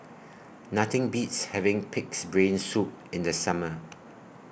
Nothing Beats having Pig'S Brain Soup in The Summer